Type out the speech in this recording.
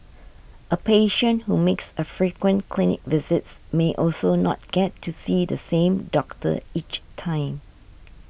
a patient who makes a frequent clinic visits may also not get to see the same doctor each time